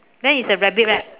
then it's a rabbit right